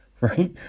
right